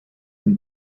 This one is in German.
dem